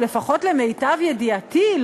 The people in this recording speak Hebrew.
או לפחות למיטב ידיעתי,